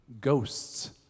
ghosts